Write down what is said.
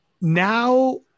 Now